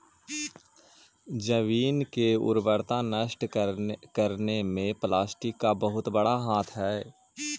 जमीन की उर्वरता नष्ट करने में प्लास्टिक का बहुत बड़ा हाथ हई